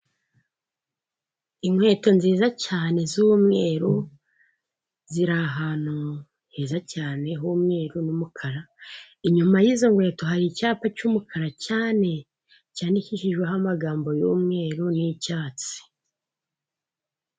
Inkweto nziza cyane z'umweru, ziri ahantu heza cyane h'umweru n'umukara, inyuma y'izo nkweto hari icyapa cy'umukara cyane, cyandikishijweho amagambo y'umweru n'icyatsi.